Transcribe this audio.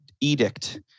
edict